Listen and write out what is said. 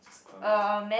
is clubbing